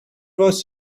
was